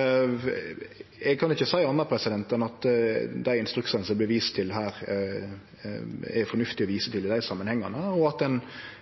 Eg kan ikkje seie anna enn at dei instruksane det vert vist til her, er fornuftige å vise til i desse samanhengane, og at ein